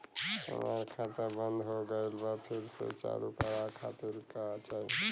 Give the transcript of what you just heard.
हमार खाता बंद हो गइल बा फिर से चालू करा खातिर का चाही?